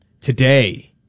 today